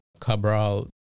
Cabral